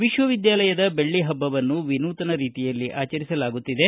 ವಿಶ್ವವಿದ್ಯಾಲಯದ ಬೆಳ್ಳಿ ಪಬ್ಬವನ್ನು ವಿನೂತನ ರೀತಿಯಲ್ಲಿ ಆಚರಿಸಲಾಗುತ್ತಿದೆ